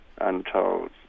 untold